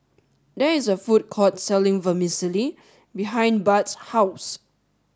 there is a food court selling Vermicelli behind Budd's house